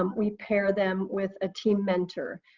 um we pair them with a team mentor.